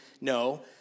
no